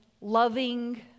loving